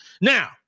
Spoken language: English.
Now